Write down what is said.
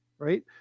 Right